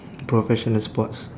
professional sports